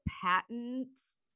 patents